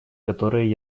которые